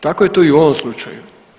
Tako je to i u ovom slučaju.